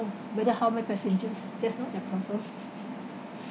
whether how many passengers that's not their problem